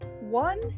one